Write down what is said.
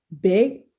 big